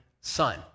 son